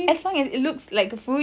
as long as it looks like a food